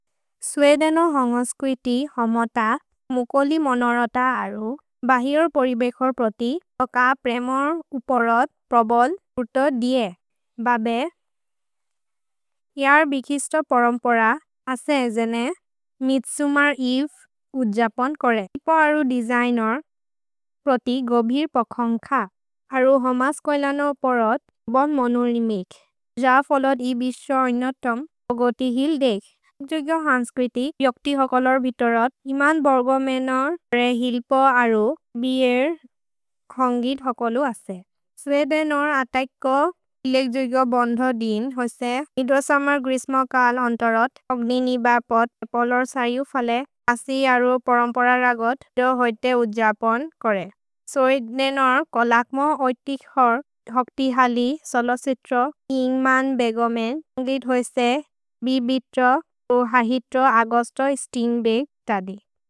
सुएदेनो होन्गोस्क्विति होमोत मुकोलि मोनोरोत अरु बहिओर् परिबेखोर् प्रोति ओक प्रेमोर् उपोरोत् प्रोबोल् उतोदिए बबे इअर् बिखिस्तो परम्पोर असे एजेने मित्सुमर् इफ् उज्जपोन् कोरे। तिपो अरु दिजैनोर् प्रोति गोबिर् पोखोन्ख अरु होमस्क्वेलनो उपोरोत् बोन् मोनोरिमिक् ज फोलोत् इ बिशो इनोतोम् पोगोति हिल्देग्। सुएदेनो होन्गोस्क्विति प्योक्ति होकोलोर् वितोरोत् इमन् बोर्गो मेनोर् प्रेहिल्पो अरु बिएर् खोन्गित् होकोलु असे। सुएदेनो अतैक्को हिलेग्जुगो बोन्धोदिन् होसे निदोसमर् ग्रिस्मोकल् अन्तोरोत् अग्दिनि बपोत् पोलोर् सयु फले असि अरु परम्पोर रगोत् दो होइते उज्जपोन् कोरे। सुएदेनो कोलक्मो ओइतिक् होर् होक्ति हलि सलसित्रो इमन् बेगोमेन् होन्गित् होसे बिबित्रो ओ हहित्रो अगोस्तो स्तिन्ग्बेग् तदि।